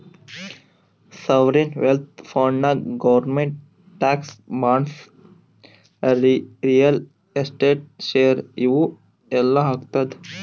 sovereign wealth ಫಂಡ್ನಾಗ್ government stocks, bonds, real estate, share ಇವು ಎಲ್ಲಾ ಹಾಕ್ತುದ್